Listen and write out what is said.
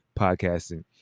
podcasting